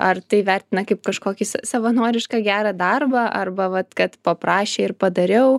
ar tai vertina kaip kažkokį savanorišką gerą darbą arba vat kad paprašė ir padariau